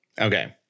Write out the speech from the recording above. Okay